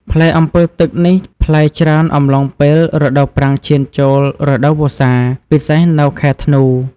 ផ្លែអម្ពិលទឹកនេះផ្លែច្រើនអំឡុងពេលរដូវប្រាំងឈានចូលរដូវវស្សា ពិសេសនៅខែធ្នូ។